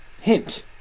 hint